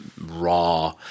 Raw